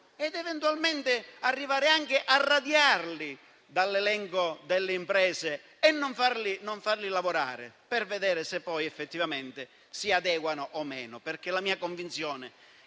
ed eventualmente arrivare anche a radiarle dall'elenco delle imprese e non farle lavorare, per vedere se poi effettivamente si adeguano o meno, perché la mia convinzione